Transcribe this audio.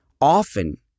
Often